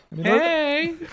Hey